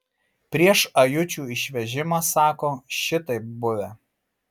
prieš ajučių išvežimą sako šitaip buvę